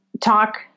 talk